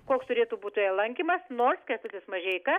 koks turėtų būt lankymas nors kęstutis mažeika